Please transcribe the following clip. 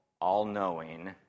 all-knowing